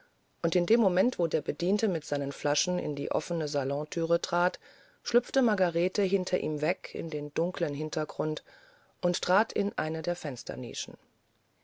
und in dem moment wo der bediente mit seinen flaschen in die offene salonthüre trat schlüpfte margarete hinter ihm weg in den dunkelnden hintergrund und trat in eine der